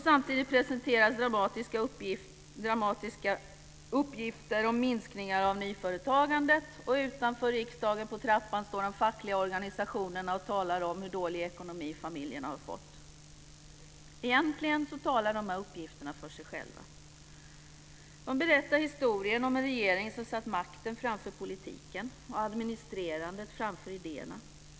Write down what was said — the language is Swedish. Samtidigt presenteras dramatiska uppgifter om minskningar av nyföretagandet, och på trappan utanför riksdagen står de fackliga organisationerna och talar om den dåliga ekonomi familjerna har fått. Egentligen talar dessa uppgifter för sig själva. De berättar historien om en regering som satt makten framför politiken och administrerandet framför idéerna.